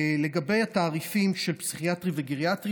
לגבי התעריפים של פסיכיאטרי וגריאטרי